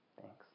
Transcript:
Thanks